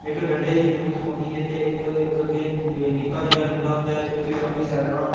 इक डंडे दी जरूरत पौंदी ऐ ते इक इक केह् निक्का जेहा डंडा होंदा ऐ ते उसी दौनीं साइडां